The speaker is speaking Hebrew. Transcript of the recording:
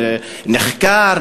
נחקר,